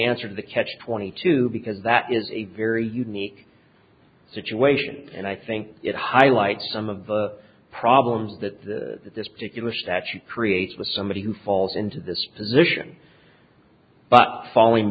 answer to the catch twenty two because that is a very unique situation and i think it highlights some of the problems that this particular statute creates with somebody who falls into this position but falling